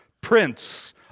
prince